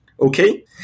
Okay